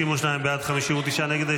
52 בעד, 59 נגד.